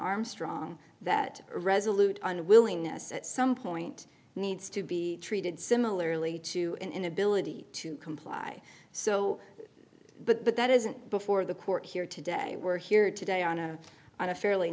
armstrong that resolute unwillingness at some point needs to be treated similarly to an inability to comply so but that isn't before the court here today we're here today on a on a fairly